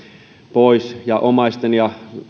pois ja omaisten ja